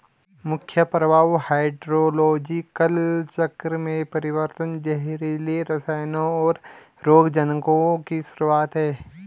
मुख्य प्रभाव हाइड्रोलॉजिकल चक्र में परिवर्तन, जहरीले रसायनों, और रोगजनकों की शुरूआत हैं